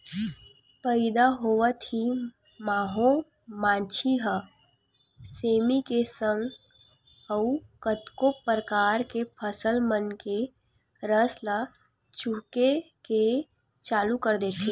पइदा होवत ही माहो मांछी ह सेमी के संग अउ कतको परकार के फसल मन के रस ल चूहके के चालू कर देथे